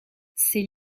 ces